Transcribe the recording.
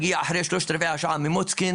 הוא הגיע אחרי שלושת רבעי שעה ממוצקין,